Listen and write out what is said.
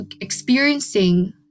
experiencing